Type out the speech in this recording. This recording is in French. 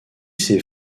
ses